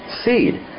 Seed